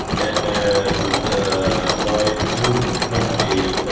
and my group with the company